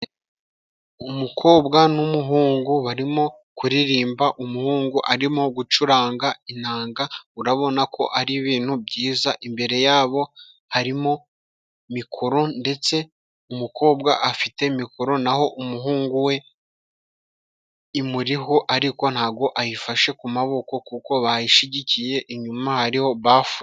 Umukobwa n'umuhungu barimo kuririmba umuhungu arimo gucuranga inanga urabona ko ari ibintu byiza imbere yabo harimo mikoro ndetse umukobwa afite mikoro naho umuhungu we imuriho ariko ntago ayifashe ku maboko kuko bayishigikiye inyuma hariho bafure.